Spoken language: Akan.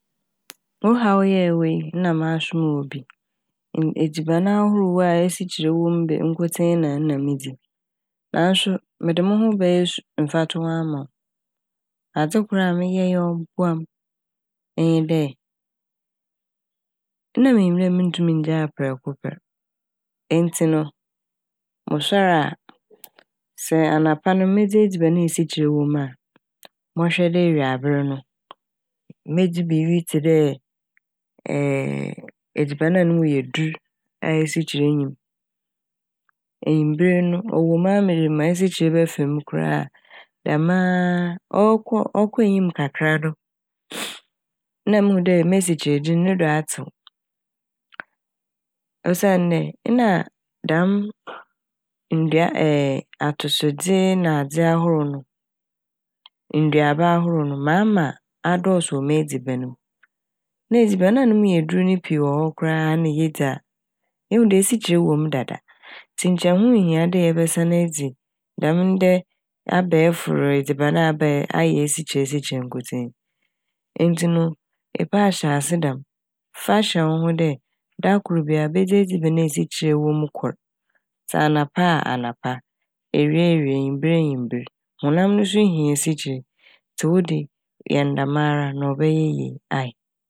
Wohaw a ewɔ yi na maso mowɔ bi ed- edziban ahorow a esikyere mu bee- nkotsee na na midzi naaso mede mo ho bɛyɛ su- mfatoho ama wo. Adze kor a meyɛe a ɔboa m' nye dɛ na minyim dɛ munntum nngyae prɛko pɛ ntsi no mosɛr a sɛ anapa no medzi edziban esikyere wɔ mu a, mɔhwɛ dɛ ewiaber no medzi biibi tse dɛ ɛɛ edziban a no mu yɛ dur a esikyere nnyim. Ewimber no ɔwɔ mu ma medze esikyere bɛfa m' koraa dɛmaa ɔkɔ- ɔkɔ enyim kakra no na muhu dɛ m'esikyere dzi no do atsew osiandɛ nna dɛm ndua- atosodze nadze ahorow no nduaba ahorow no maa ma adɔɔso wɔ m'edziban m'. Na edziban a no mu yedur pii wɔ hɔ koraa na yedzi a ehu dɛ esikyere wɔ mu dada ntsi nkyɛ ɛho nnhia dɛ yɛbɛsan edzi dɛm ndɛ abɛefor edziban a abɛ- ayɛ esikyere esikyere nkotsee yi. Ntsi no epɛ a hyɛ ase dɛm fa hyɛ wo ho dɛ da kor biara ebedzi edziban a esikyere wɔ m' kor ntsi anapa a anapa, ewia ewia, ewimber a ewimber. Honam no so hia esikyere ntsi wo de yɛ dɛmara na ɔbɛyɛ yie ae.